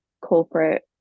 corporate